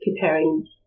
preparing